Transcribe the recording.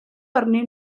arnyn